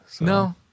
No